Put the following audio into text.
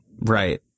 Right